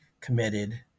committed